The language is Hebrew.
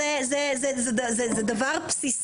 זה דבר בסיסי, בלתי נתפס.